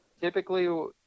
typically